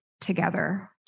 together